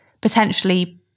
potentially